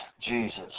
Jesus